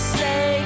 say